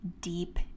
deep